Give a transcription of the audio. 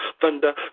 thunder